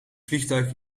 vliegtuig